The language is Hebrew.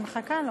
אני מחכה לו.